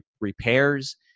repairs